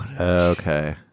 Okay